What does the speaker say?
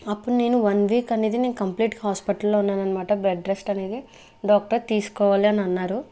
అప్పుడు నేను one week అనేది నేను కంప్లీట్ హాస్పిటల్లో ఉన్నానన్నమాట బెడ్ రెస్ట్ అనేది డాక్టర్ తీసుకోవాలి అని అన్నారు